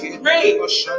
great